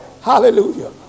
hallelujah